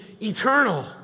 eternal